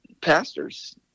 pastors